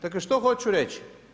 Dakle, što hoću reći?